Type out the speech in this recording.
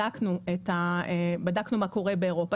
בדקנו מה קורה באירופה.